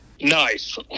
nice